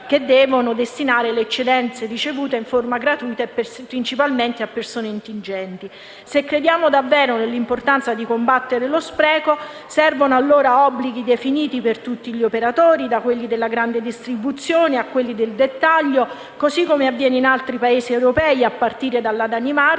che devono destinare le eccedenze ricevute in forma gratuita e principalmente a persone indigenti. Se crediamo davvero nell'importanza di combattere lo spreco, servono obblighi definiti per tutti gli operatori, da quelli delle grande distribuzione a quelli al dettaglio, come avviene in molti altri Paesi europei, a partire dalla Danimarca,